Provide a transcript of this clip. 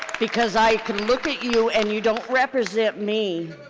because i can look at you, and you don't represent me,